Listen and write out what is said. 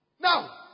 Now